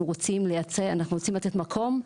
אנחנו רוצים לייצג ורוצים לתת מקום,